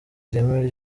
ireme